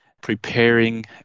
preparing